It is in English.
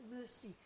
mercy